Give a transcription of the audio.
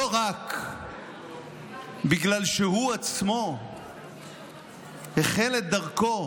לא רק בגלל שהוא עצמו החל את דרכו